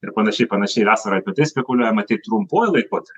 ir panašiai panašiai ir esa ir apie tai spekuliuojama tai trumpuoju laikotarpiu